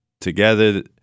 together